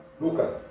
Lucas